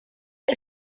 què